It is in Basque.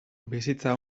bizitza